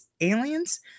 aliens